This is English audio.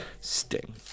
Sting